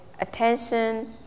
attention